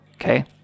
Okay